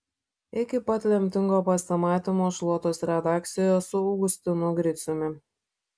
iki pat lemtingojo pasimatymo šluotos redakcijoje su augustinu griciumi